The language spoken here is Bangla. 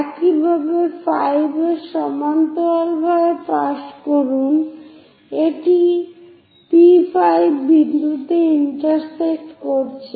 একইভাবে 5 এর সমান্তরালভাবে পাস করুন এটি P5' বিন্দুতে ইন্টারসেক্ট করছে